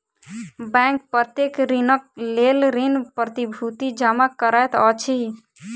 bank प्रत्येक ऋणक लेल ऋण प्रतिभूति जमा करैत अछि